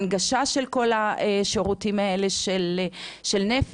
על הנגשה של כל השירותים האלה של נפש,